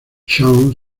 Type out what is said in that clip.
shawn